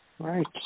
Right